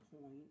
point